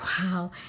Wow